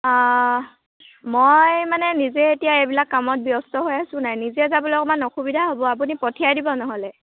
মই মানে নিজে এতিয়া এইবিলাক কামত ব্যস্ত হৈ আছো নাই নিজে যাবলৈ অকণমান অসুবিধা হ'ব আপুনি পঠিয়াই দিব নহ'লে